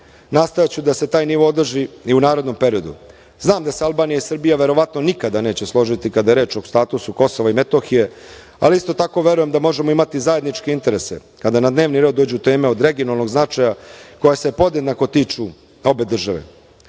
Nastojaću da se taj nivo održi i u narednom periodu. Znam da se Albanija i Srbija verovatno nikada neće složiti kada je reč o statusu Kosova i Metohije, ali isto tako verujem da možemo imati zajedničke interese, kada na dnevni red dođu teme od regionalnog značaja, koje se podjednako tiču obe države. Crna